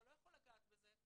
אתה לא יכול לגעת בזה.